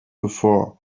before